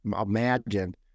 imagine